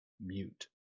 mute